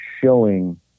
showing